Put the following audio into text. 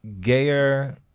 gayer